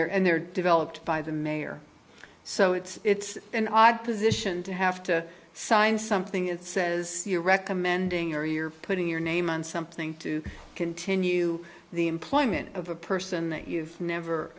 they're and they're developed by the mayor so it's an odd position to have to sign something it says you're recommending or you're putting your name on something to continue the employment of a person that you've never